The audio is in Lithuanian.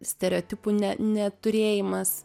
stereotipų ne neturėjimas